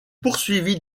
poursuivit